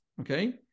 okay